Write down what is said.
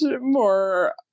more